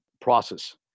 process